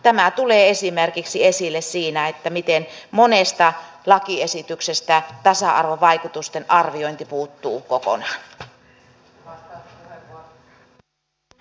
tämä tulee esille esimerkiksi siinä miten monesta lakiesityksestä tasa arvovaikutusten arviointi puuttuu kokonaan